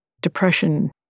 depression